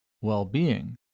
well-being